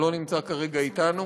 שלא נמצא כרגע אתנו,